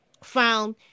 found